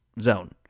zone